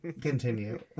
continue